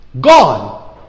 Gone